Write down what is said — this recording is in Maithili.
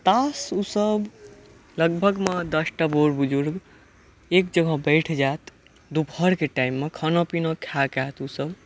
तास ओ सब लगभग मे दसटा बुढ बुजुर्ग एक जगह बैठ जायत दुपहरके टाइम मे खाना पीना खाय कऽ आयत ओ सब